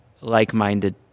like-minded